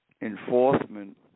enforcement